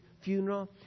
funeral